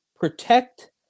protect